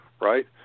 right